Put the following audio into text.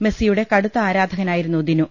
മെസ്സിയുടെ കടുത്ത ആരാധകനായിരുന്നു ദിനു